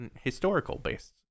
Historical-based